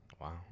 Wow